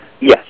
Yes